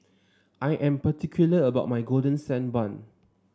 I am particular about my Golden Sand Bun